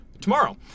tomorrow